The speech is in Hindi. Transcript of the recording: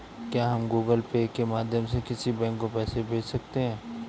क्या हम गूगल पे के माध्यम से किसी बैंक को पैसे भेज सकते हैं?